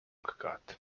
cut